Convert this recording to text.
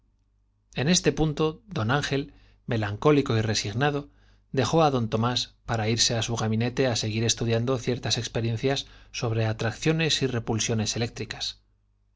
en este d melancólico y punto angel resignado dejó á d tomás para irse á su gabiriete á seguir estudiando ciertas experiencias sobre atracciones y repulsiones eléctricas